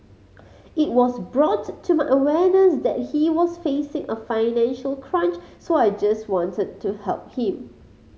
it was brought to my awareness that he was facing a financial crunch so I just wanted to help him